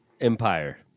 empire